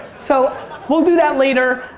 so we'll do that later.